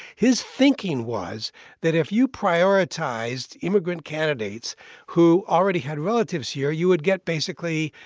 his thinking was that if you prioritized immigrant candidates who already had relatives here, you would get, basically,